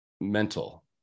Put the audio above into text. mental